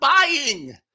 buying